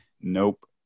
nope